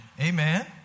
Amen